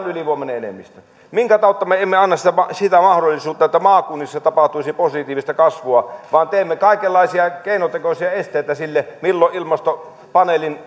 ylivoimainen enemmistö minkä tautta me emme anna sitä mahdollisuutta että maakunnissa tapahtuisi positiivista kasvua vaan teemme kaikenlaisia keinotekoisia esteitä sille milloin ilmastopaneelin